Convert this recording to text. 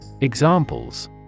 Examples